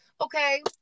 okay